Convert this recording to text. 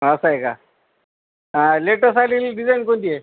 असं आहे का हा लेटेस आलेली डिझाईन कोणती आहे